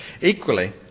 Equally